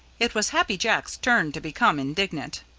it was happy jacks' turn to become indignant.